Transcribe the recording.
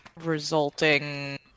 resulting